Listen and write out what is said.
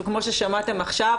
כמו ששמעתם עכשיו,